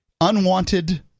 unwanted